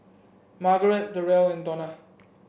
Margarete Derrell and Donna